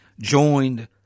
joined